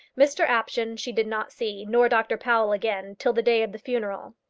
mr apjohn she did not see, nor dr powell again, till the day of the funeral.